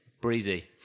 breezy